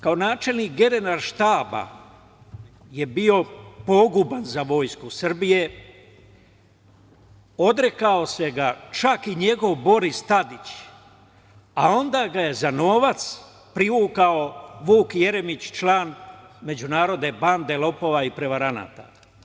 Kao načelnik Generalštaba je bio poguban za vojsku Srbije, odrekao ga se čak i njegov Boris Tadić, a onda ga je za novac privukao Vuk Jeremić, član međunarodne bande lopova i prevaranata.